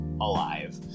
alive